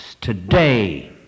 Today